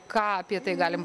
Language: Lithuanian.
ką apie tai galim